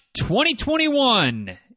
2021